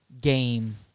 game